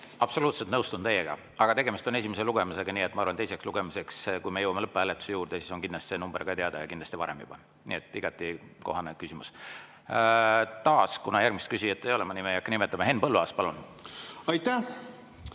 Absoluutselt nõustun teiega. Aga tegemist on esimese lugemisega, nii et ma arvan, et teiseks lugemiseks, kui me jõuame lõpphääletuse juurde, on kindlasti see number ka teada, kindlasti varemgi juba. Nii et igati kohane küsimus. Kuna järgmist küsijat taas ei ole – ma nime ei hakka nimetama –, siis Henn Põlluaas, palun! Aitäh!